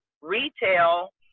retail